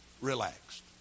relaxed